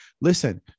listen